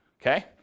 Okay